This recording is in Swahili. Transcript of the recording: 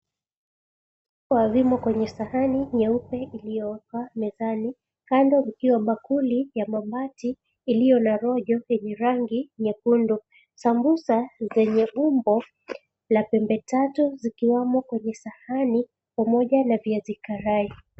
Vyakula vimo kwenye sahani nyeupe iliyowekwa mezani kando, kukiwa na bakuli ya mabati iliyo na rojo yenye rangi nyekundu, sambusa kwenye umbo la pembe tatu zikiwamo kwenye mezani pamoja na viazi karai.